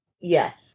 Yes